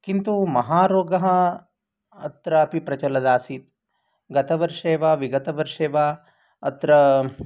किन्तु महारोगः अत्रापि प्रचलदासीत् गतवर्षे वा विगतवर्षे वा अत्र